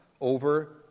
over